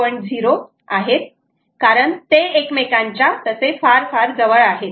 0 आहे कारण ते एकमेकांच्या फार फार जवळ आहेत